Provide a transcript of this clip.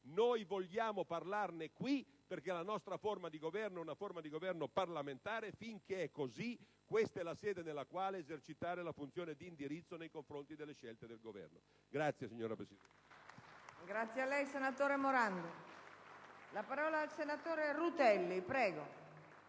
Ne vogliamo parlare qui, perché la nostra è una forma di governo parlamentare. Finché è così, questa è la sede nella quale esercitare la funzione di indirizzo nei confronti delle scelte del Governo. *(Applausi